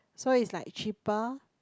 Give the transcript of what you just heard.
so it's like cheaper